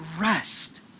rest